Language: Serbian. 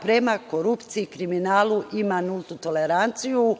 prema korupciji i kriminalu ima nultu toleranciju,